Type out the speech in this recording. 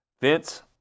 Vince